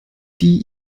die